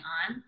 on